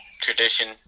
tradition